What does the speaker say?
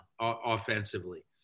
offensively